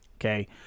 okay